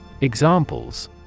Examples